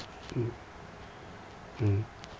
mm mmhmm